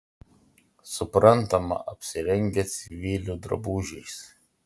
suprantama apsirengę civilių drabužiais